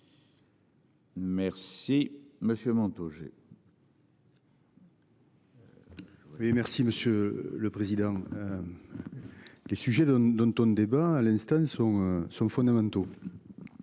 Merci monsieur Montaugé. Et. Merci Monsieur le Président. Les sujets de Downtown, débat à l'instant sont sont fondamentaux.